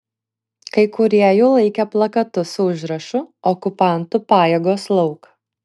kai kurie jų laikė plakatus su užrašu okupantų pajėgos lauk